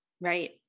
Right